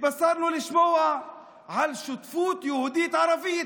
התבשרנו ושמענו על שותפות יהודית-ערבית.